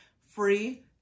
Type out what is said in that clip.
free